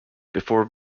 before